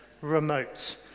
remote